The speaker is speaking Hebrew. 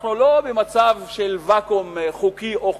אנחנו לא במצב של ואקום חוקי או חוקתי.